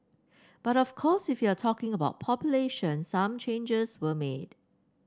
but of course if you're talking about population some changes were made